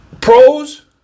pros